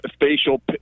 facial